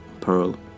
Pearl